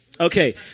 Okay